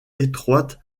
étroite